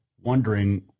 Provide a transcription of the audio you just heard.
wondering